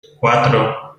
cuatro